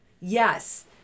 Yes